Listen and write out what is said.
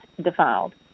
defiled